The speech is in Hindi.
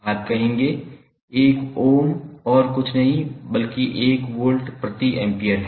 आप कहेंगे 1 ओम और कुछ नहीं बल्कि 1 वोल्ट प्रति एम्पियर है